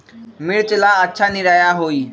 मिर्च ला अच्छा निरैया होई?